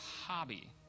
hobby